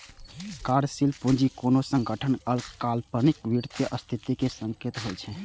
कार्यशील पूंजी कोनो संगठनक अल्पकालिक वित्तीय स्थितिक संकेतक होइ छै